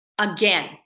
Again